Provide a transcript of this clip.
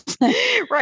right